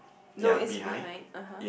no is behind uh !huh!